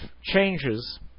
changes